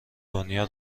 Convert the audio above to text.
دنیا